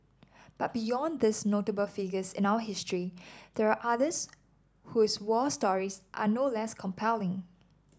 but beyond these notable figures in our history there are others whose war stories are no less compelling